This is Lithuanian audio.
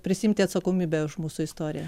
prisiimti atsakomybę už mūsų istoriją